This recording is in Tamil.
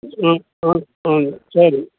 ஆ ஆ ஆ சரி